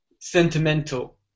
sentimental